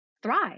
thrive